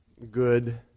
good